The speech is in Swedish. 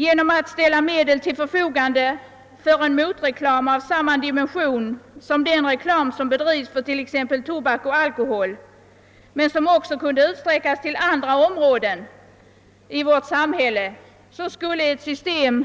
Genom att ställa medel till förfogande för motreklam av samma dimension som den reklamen för tobak och alkohol har och som också kunde utsträckas till andra områden i vårt samhälle skulle ett system